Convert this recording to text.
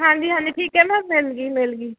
ਹਾਂਜੀ ਹਾਂਜੀ ਠੀਕ ਹੈ ਮੈਮ ਮਿਲ ਗਈ ਮਿਲ ਗਈ